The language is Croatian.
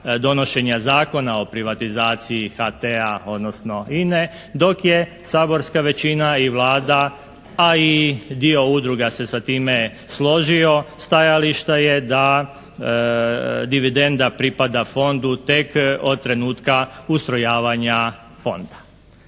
donošenja Zakona o privatizaciji HT-a, odnosno INA-e dok je saborska većina i Vlada, a i dio udruga se sa time složio stajališta je da dividenda pripada Fondu tek od trenutka ustrojavanja Fonda.